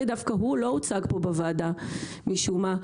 דווקא הוא לא הוצג פה בוועדה משום מה,